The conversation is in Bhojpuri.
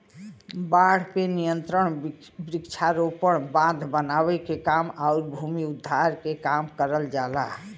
बाढ़ पे नियंत्रण वृक्षारोपण, बांध बनावे के काम आउर भूमि उद्धार के काम करल जाला